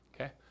okay